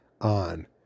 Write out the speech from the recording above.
on